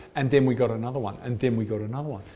and then we got another one, and then we got another one.